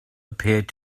appeared